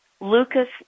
Lucas